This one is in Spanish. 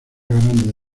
grande